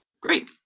Great